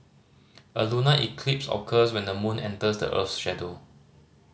a lunar eclipse occurs when the moon enters the earth's shadow